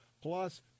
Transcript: plus